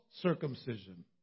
circumcision